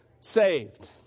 saved